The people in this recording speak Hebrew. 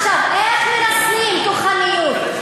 עכשיו, איך מרסנים כוחניות?